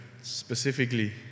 specifically